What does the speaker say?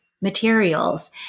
materials